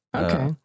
okay